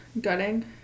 gutting